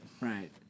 Right